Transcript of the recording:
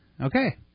okay